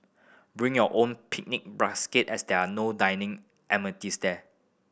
bring your own picnic basket as they are no dining amenities there